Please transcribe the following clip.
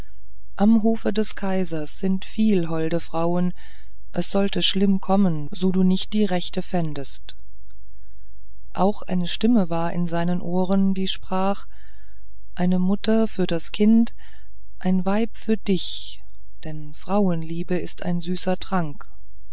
am hofe des kaisers sind viel holde frauen es sollte schlimm kommen so du nicht die rechte fändest auch eine stimme war in seinen ohren die sprach eine mutter für das kind ein weib für dich denn frauenliebe ist ein süßer trank